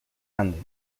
andes